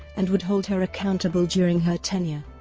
and would hold her accountable during her tenure.